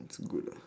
it's good ah